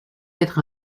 être